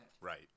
right